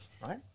right